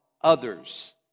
others